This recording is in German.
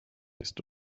ist